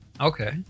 Okay